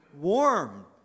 warm